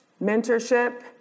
mentorship